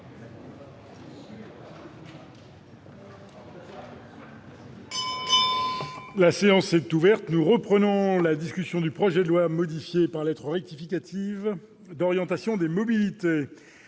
La séance est reprise. Nous poursuivons la discussion du projet de loi, modifié par lettre rectificative, d'orientation des mobilités.